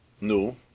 no